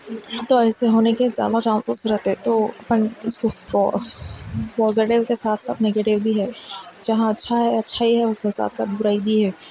اب تو ایسے ہونے کے زیادہ چانسیز رہتے تو اپن اس کو پازیٹیو کے ساتھ ساتھ نیگیٹیو بھی ہے جہاں اچھا ہے اچھائی ہے اس کے ساتھ ساتھ برائی بھی ہے